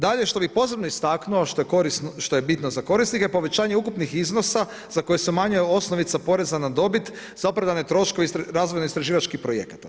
Dalje, što bi pozorno istaknuo, što je bitno za korisnike, povećanje ukupnih iznosa, za koje se umanjuje osnovica poreza na dobit, za opravdane troškove, razvojne istraživačke projekte.